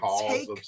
take